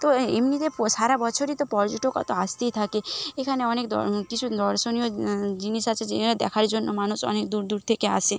তো এমনিতে প সারাবছরই তো পর্যটক হয়তো আসেতেই থাকে এখানে অনেক দ কিছু দর্শনীয় জিনিস আছে যে দেখার জন্য মানুষ অনেক দূর দূর থেকে আসে